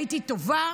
הייתי טובה?",